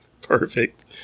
Perfect